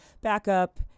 backup